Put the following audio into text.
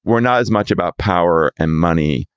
we're not as much about power and money.